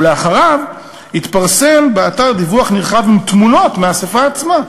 ולאחריו התפרסם באתר דיווח נרחב עם תמונות מהאספה עצמה.